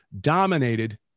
dominated